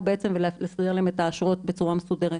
ולהסדיר להם את האשרות בצורה מסודרת.